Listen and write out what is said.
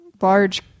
large